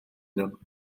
nhw